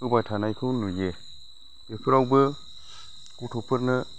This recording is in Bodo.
होबाय थानायखौ नुयो बेफोरावबो गथ'फोरनो